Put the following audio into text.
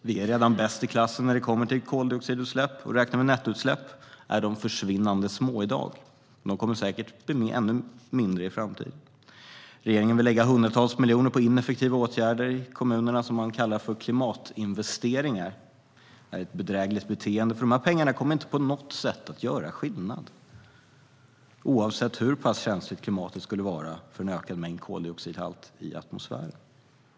Vi är redan bäst i klassen när det kommer till koldioxidutsläpp, och räknar vi nettoutsläpp är de försvinnande små i dag. De kommer säkert att bli ännu mindre i framtiden. Regeringen vill lägga hundratals miljoner på ineffektiva åtgärder i kommunerna, och man kallar det för klimatinvesteringar. Detta är ett bedrägligt beteende, för de här pengarna kommer inte på något sätt att göra skillnad oavsett hur pass känsligt klimatet skulle vara för en ökad mängd koldioxid i atmosfären.